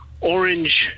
orange